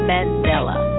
Mandela